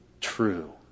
true